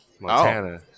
Montana